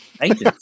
Agent